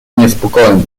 niespokojny